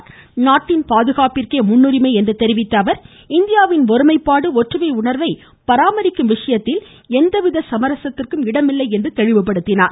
நாட்டின் பாதுகாப்பிற்கே முன்னுரிமை என்று தெரிவித்த அவர் இந்தியாவின் ஒருமைப்பாடு ஒற்றுமை உணர்வை பராமரிக்கும் விஷயத்தில் எவ்வித சமரசத்திற்கும் இடமில்லை என்று குறிப்பிட்டார்